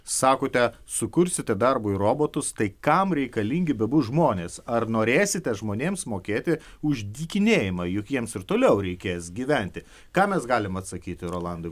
sakote sukursite darbui robotus tai kam reikalingi bebus žmonės ar norėsite žmonėms mokėti už dykinėjimą juk jiems ir toliau reikės gyventi ką mes galim atsakyti rolandui